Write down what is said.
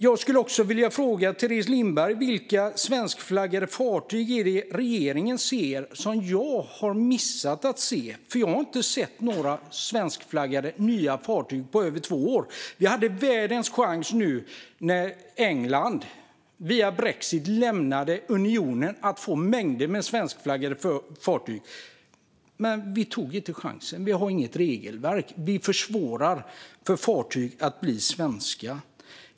Jag skulle också vilja fråga Teres Lindberg: Vilka svenskflaggade fartyg är det som regeringen ser som jag har missat att se? Jag har inte sett några svenskflaggade nya fartyg på över två år. Vi hade världens chans nu när England via brexit lämnade unionen att få mängder med svenskflaggade fartyg, men vi tog inte chansen. Vi har inget regelverk, och vi försvårar för fartyg att bli svenska.